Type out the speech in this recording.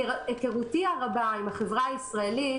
מהיכרותי הרבה עם החברה הישראלית,